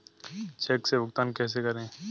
Check से भुगतान कैसे करें?